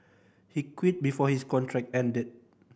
he quit before his contract ended